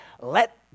Let